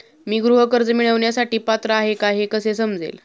मी गृह कर्ज मिळवण्यासाठी पात्र आहे का हे कसे समजेल?